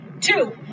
Two